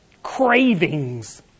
cravings